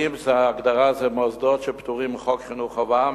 ההגדרה היא מוסדות שפטורים מחוק חינוך חובה,